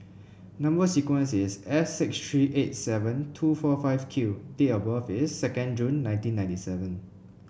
number sequence is S six three eight seven two four five Q date of birth is second June nineteen ninety seven